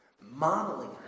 modeling